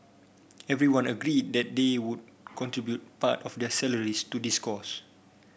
everyone agreed that they would contribute part of their salaries to this cause